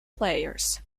players